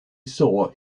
saw